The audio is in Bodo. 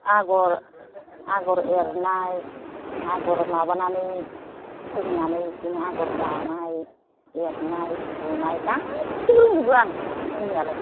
आगर आगर एरनाय आगर माबानानै सोंनानै बिदिनो आगर दानाय एरनाय सुनाय गादसिबो रोंजोबो आं रोंनायालाय